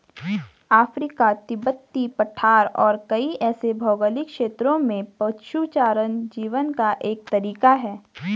Africa, तिब्बती पठार और कई ऐसे भौगोलिक क्षेत्रों में पशुचारण जीवन का एक तरीका है